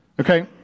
Okay